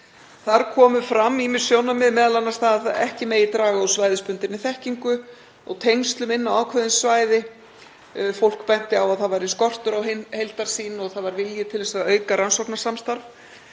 Þar komu fram ýmis sjónarmið, m.a. að ekki megi draga úr svæðisbundinni þekkingu og tengslum inn á ákveðin svæði. Fólk benti á að það væri skortur á heildarsýn og það var vilji til þess að auka rannsóknasamstarf.